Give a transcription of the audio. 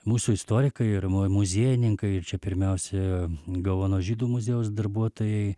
mūsų istorikai ir mu muziejininkai ir čia pirmiausia gaono žydų muziejaus darbuotojai